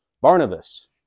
Barnabas